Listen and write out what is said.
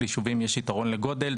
ביישובים יש יתרון לגודל.